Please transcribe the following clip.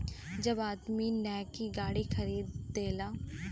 जब आदमी नैकी गाड़ी खरीदेला